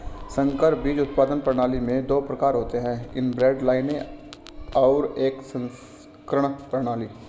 संकर बीज उत्पादन प्रणाली में दो प्रकार होते है इनब्रेड लाइनें और एक संकरण प्रणाली